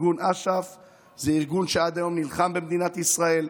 ארגון אש"ף הוא ארגון שעד היום נלחם במדינת ישראל,